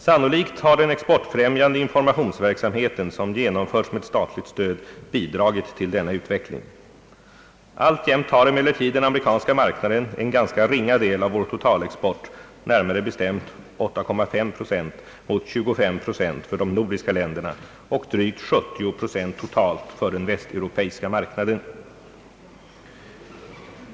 Sannolikt har den exportfrämjande informationsverksamheten som genomförts med statligt stöd bidragit till denna utveckling. Alltjämt tar emellertid den amerikanska marknaden en ganska ringa del av vår totalexport, närmare bestämt 8,5 procent mot 25 procent för de nordiska länderna och drygt 70 procent totalt för den västeuropeiska marknaden.